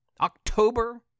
October